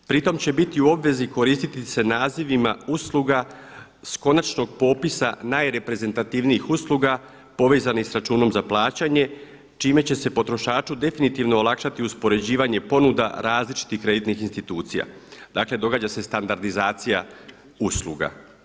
Pri tome će biti u obvezi koristiti se nazivima usluga sa konačnog popisa najreprezentativnijih usluga povezanih sa računom za plaćanje čime će se potrošaču definitivno olakšati uspoređivanje ponuda različitih kreditnih institucija, dakle događa se standardizacija usluga.